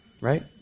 right